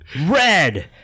Red